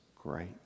great